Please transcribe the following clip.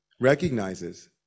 recognizes